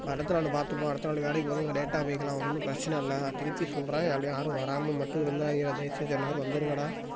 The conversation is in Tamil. நம்ப அடுத்த நாள் பார்த்துப்போம் அடுத்த நாள் வேலைக்கு போவது கொஞ்சம் லேட்டாக போயிக்கலாம் ஒன்றும் பிரச்சனைல்ல திருப்பி சொல்கிறேன் யாரும் வராமல் மட்டும் இருந்துடாதீங்கடா தயவு செய்து எல்லோரும் வந்துருங்கடா